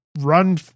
run